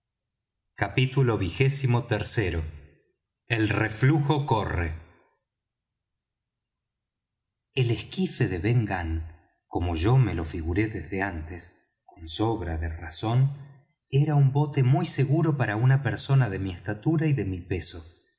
capítulo xxiii el reflujo corre el esquife de ben gunn como yo me lo figuré desde antes con sobra de razón era un bote muy seguro para una persona de mi estatura y de mi peso